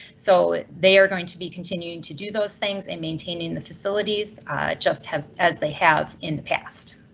so they are going to be continuing to do those things and maintaining the facilities just have as they have in the past.